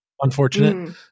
unfortunate